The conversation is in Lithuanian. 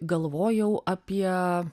galvojau apie